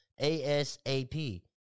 ASAP